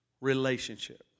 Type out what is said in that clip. relationship